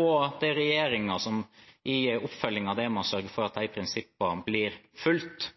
og det er regjeringen som i oppfølgingen av det må sørge for at de prinsippene blir fulgt.